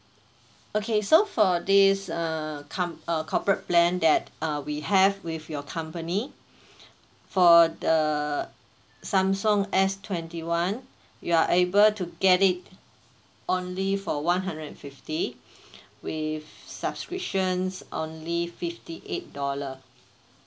okay so for this uh com~ uh corporate plan that uh we have with your company for the Samsung S twenty one you are able to get it only for one hundred and fifty with subscriptions only fifty eight dollar